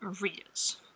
readers